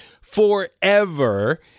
forever